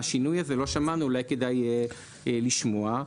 אולי כדאי לשמוע.